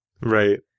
Right